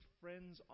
friends